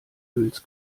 öls